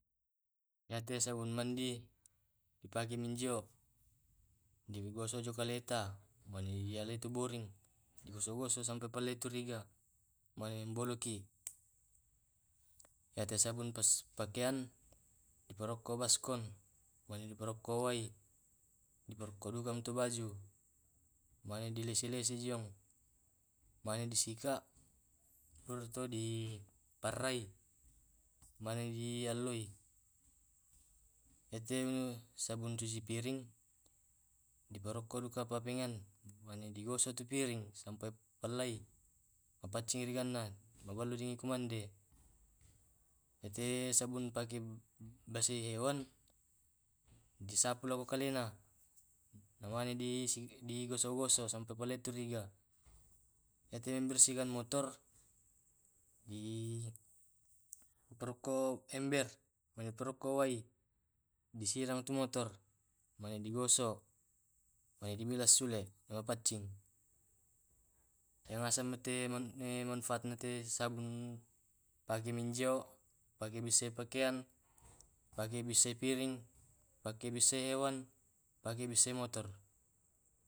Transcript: Iyate sabun mandi di pake minjio di gosok jo kale ta mane diala tu boring di gosok gosok sampe paletu riga mane boloki iya te sabun pas pakaian diparokko baskon mane di paroko wai di paroko dukang to baju mane di lesse lesse jiong mane disika baru to di parai mane dialoi iyate sabun cuci piring di parokko duka papengan mane di gosok tu piring sampai palai mapaccing rigana mabalu riki kumande iya te sabun pake bassei hewan di sapu lako kalena namane di digosok gosok sampe paleturiga iyate membersihkan motor di parokko ember mane parokko wai disiram tu motor mane di gosok mane di bilas sule na mapaccing iya ngasan mate mane manfaat na te sabun pake menjio pake bessei pakaian pake bissei piring pake bissei hewan pake bissei motor.